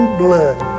blood